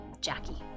Jackie